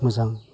मोजां